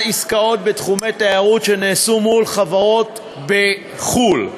עסקאות בתחומי תיירות שנעשו מול חברות בחו"ל.